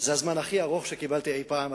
זה הזמן הכי ארוך שקיבלתי אי-פעם.